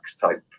type